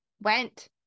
Went